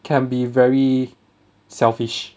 can be very selfish